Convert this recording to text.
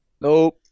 Nope